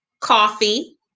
Coffee